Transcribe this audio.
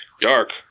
Dark